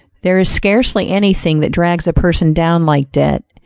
there is scarcely anything that drags a person down like debt.